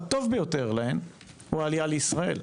הטוב ביותר להם - הוא עלייה לישראל.